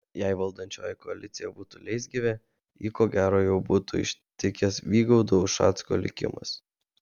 jei valdančioji koalicija būtų leisgyvė jį ko gero jau būtų ištikęs vygaudo ušacko likimas